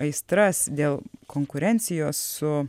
aistras dėl konkurencijos su